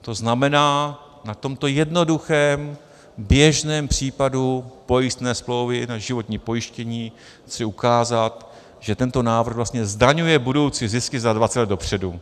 To znamená, na tomto jednoduchém běžném případu pojistné smlouvy na životní pojištění chci ukázat, že tento návrh zdaňuje budoucí zisky za 20 let dopředu.